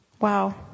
Wow